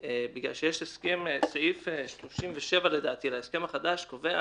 כי סעיף 37, לדעתי, להסכם החדש קובע